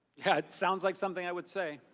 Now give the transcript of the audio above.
yeah it sounds like something i would say.